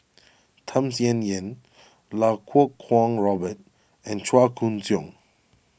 Tham Sien Yen Lau Kuo Kwong Robert and Chua Koon Siong